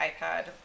iPad